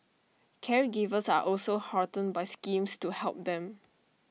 caregivers are also heartened by schemes to help them